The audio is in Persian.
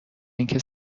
اینکه